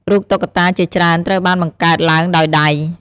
រូបតុក្កតាជាច្រើនត្រូវបានបង្កើតឡើងដោយដៃ។